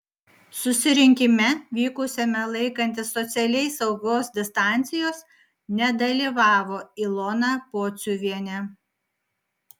susirinkime vykusiame laikantis socialiai saugios distancijos nedalyvavo ilona pociuvienė